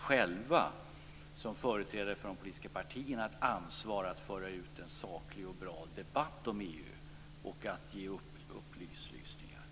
Som företrädare för de politiska partierna har vi själva också ett ansvar att föra en saklig och bra debatt om EU och ge upplysningar.